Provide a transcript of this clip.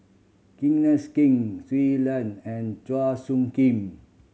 Kenneth Keng Shui Lan and Chua Soo Khim